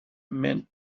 mint